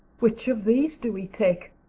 which of these do we take?